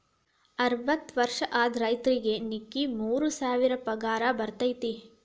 ಅರ್ವತ್ತ ವರ್ಷ ಆದ ರೈತರಿಗೆ ನಿಕ್ಕಿ ಮೂರ ಸಾವಿರ ಪಗಾರ ಬರ್ತೈತಿ